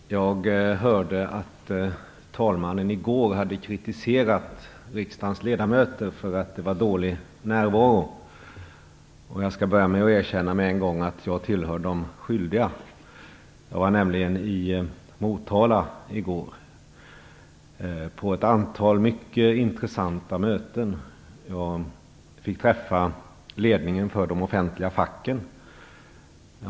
Fru talman! Jag hörde att talmannen i går hade kritiserat riksdagens ledamöter för att det var dålig närvaro här i kammaren. Jag skall börja med att erkänna med en gång att jag tillhör de skyldiga. Jag var nämligen i Motala i går på ett antal mycket intressanta möten. Jag fick träffa ledningen för de offentliga fackföreningarna.